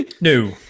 no